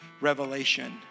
Revelation